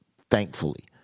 thankfully